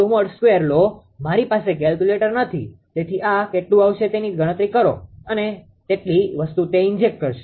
95|2 લો મારી પાસે કેલ્ક્યુલેટર નથી તેથી આ કેટલું આવશે તેની ગણતરી તમે કરો અને તેટલી વસ્તુ તે ઇન્જેક્ટ કરશે